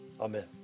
amen